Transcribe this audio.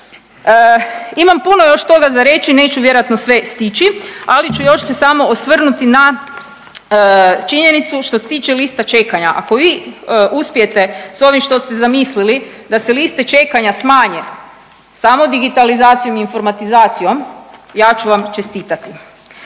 Imam puno još toga za reći, neću vjerojatno sve stići, ali ću još se samo osvrnuti na činjenicu što se tiče lista čekanja. Ako vi uspijete s ovim što ste zamisli da se liste čekanja smanje samo digitalizacijom i informatizacijom ja ću vam čestitati.